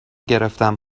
گرفتم